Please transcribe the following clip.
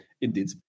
indeed